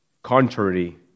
Contrary